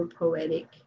poetic